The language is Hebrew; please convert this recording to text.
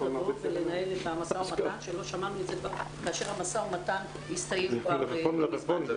לבוא ולנהל משא ומתן כאשר המשא ומתן הסתיים כבר מזמן.